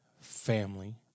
family